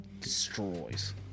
Destroys